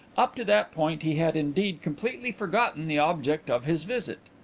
up to that point he had, indeed, completely forgotten the object of his visit.